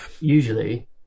usually